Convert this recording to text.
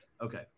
Okay